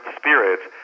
spirits